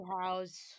House